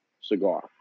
cigar